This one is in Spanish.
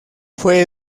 fue